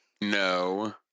No